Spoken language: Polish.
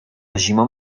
zimą